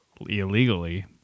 illegally